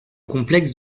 complexe